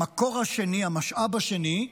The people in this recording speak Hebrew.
המקור השני, המשאב השני,